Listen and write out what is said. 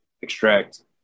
extract